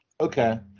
Okay